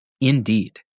indeed